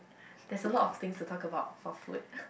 there's a lot of things to talk about for food